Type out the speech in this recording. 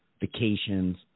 vacations